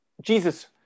jesus